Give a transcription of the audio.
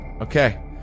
Okay